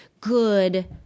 good